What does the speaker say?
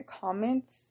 comments